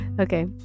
Okay